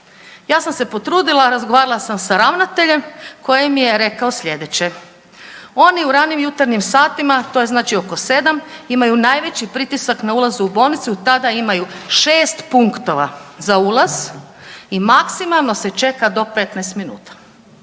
Ja sam se potrudila, razgovarala sam sa ravnateljem koji mi je rekao sljedeće. Oni u ranim jutarnjim satima, to je znači oko 7 imaju najveći pritisak na ulaze u bolnicu. Tada imaju 6 punktova za ulaz i maksimalno se čeka do 15 minuta.